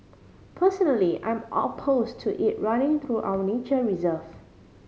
personally I'm oppose to it running through our nature reserve